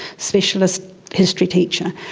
specialist history teacher,